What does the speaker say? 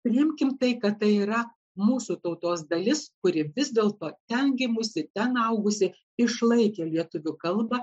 priimkim tai kad tai yra mūsų tautos dalis kuri vis dėlto ten gimusi ten augusi išlaikė lietuvių kalbą